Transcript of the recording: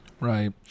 Right